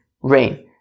rain